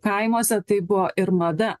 kaimuose tai buvo ir mada